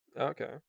okay